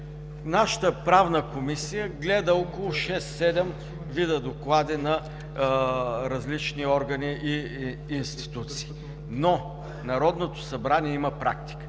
Нашата Правна комисия гледа около шест-седем вида доклади на различни органи и институции. Народното събрание има практика,